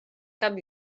cap